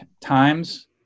Times